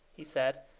he said,